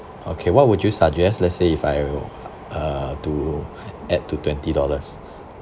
okay what would you suggest let's say if I uh to add to twenty dollars